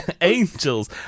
Angels